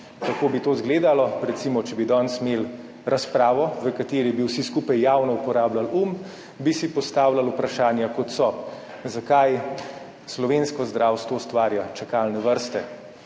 Kako bi to izgledalo? Recimo, če bi danes imeli razpravo, v kateri bi vsi skupaj javno uporabljali um, bi si postavljali vprašanja, kot so, zakaj slovensko zdravstvo ustvarja čakalne vrste.